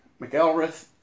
McElrath